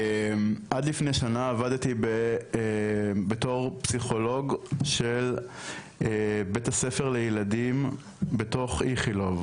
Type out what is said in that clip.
עד לפני שנה עבדתי בתור פסיכולוג של בית הספר לילדים בתוך איכילוב,